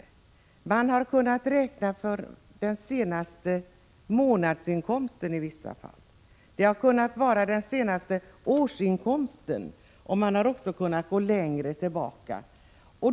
I vissa fall har man kunnat göra beräkningen på den senaste månadsinkomsten, i andra fall har det kunnat vara fråga om den senaste årsinkomsten, och man har också kunnat gå längre tillbaka.